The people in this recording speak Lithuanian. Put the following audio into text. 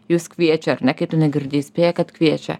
jus kviečia ar ne kai tu negirdi įspėja kad kviečia